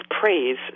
praise